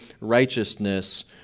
righteousness